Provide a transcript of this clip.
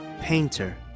painter